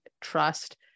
trust